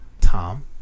Tom